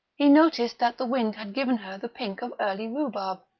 he noticed that the wind had given her the pink of early rhubarb.